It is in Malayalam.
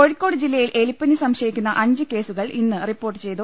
കോഴിക്കോട് ജില്ലയിൽ എലിപ്പനി സംശയിക്കുന്ന അഞ്ച് കേസുകൾ ഇന്ന് റിപ്പോർട്ട് ചെയ്തു